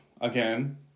again